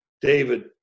David